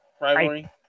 rivalry